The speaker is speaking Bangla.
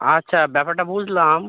আচ্ছা ব্যাপারটা বুঝলাম